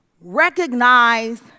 Recognize